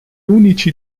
unici